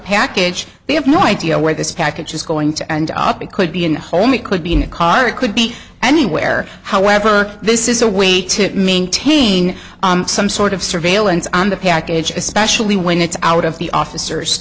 package they have no idea where this package is going to end up it could be in a home it could be in a car it could be anywhere however this is a way to maintain some sort of surveillance on the package especially when it's out of the officers